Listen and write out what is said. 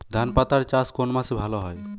ধনেপাতার চাষ কোন মাসে ভালো হয়?